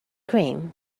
cream